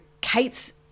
Kate's